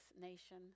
nation